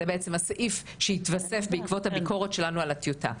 זה בעצם הסעיף שהתווסף בעקבות הביקורת שלנו על הטיוטה.